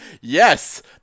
yes